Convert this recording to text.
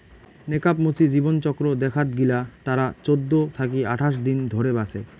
নেকাব মুচি জীবনচক্র দেখাত গিলা তারা চৌদ্দ থাকি আঠাশ দিন ধরে বাঁচে